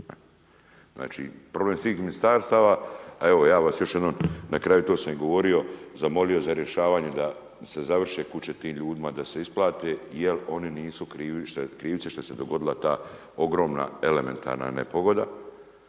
Znači, problem svih ministarstava. A evo, ja vas još jednom, na kraju, a to sam i govorio, zamolio za rješavanje, da se završe kuće tim ljudima, da se isplate, jer oni nisu krivi, što se dogodila ta ogromna elementarna nepogoda.